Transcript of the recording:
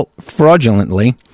fraudulently